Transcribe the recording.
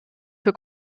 für